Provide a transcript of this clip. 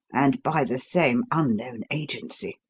and by the same unknown agency.